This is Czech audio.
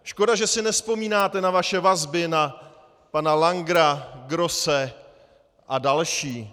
Škoda, že si nevzpomínáte na vaše vazby na pana Langera, Grosse a další.